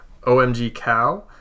OMGCow